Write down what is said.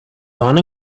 gone